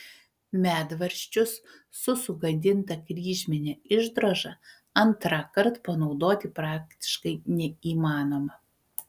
medvaržčius su sugadinta kryžmine išdroža antrąkart panaudoti praktiškai neįmanoma